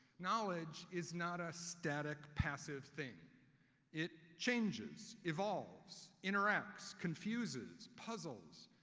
knowledge is not a static, passive thing it changes, evolves, interacts, confuses, puzzles,